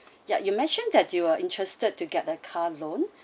ya you mentioned that you are interested to get a car loan